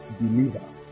believer